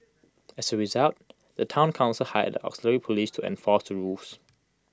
as A result the Town Council hired the auxiliary Police to enforce the rules